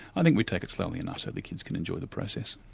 i think we take it slowly enough so the kids can enjoy the process.